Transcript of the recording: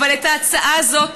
אבל את ההצעה הזאת,